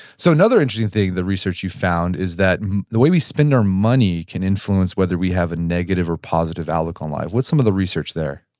so another interesting thing in the research you found is that the way we spend our money can influence whether we have a negative or positive outlook on life. what's some of the research there?